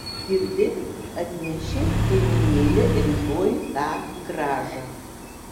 girdi atneši kaimynėle rytoj tą grąžą